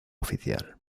oficial